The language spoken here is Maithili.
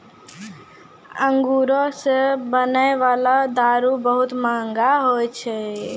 अंगूरो से बनै बाला दारू बहुते मंहगा होय छै